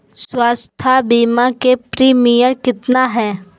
स्वास्थ बीमा के प्रिमियम कितना है?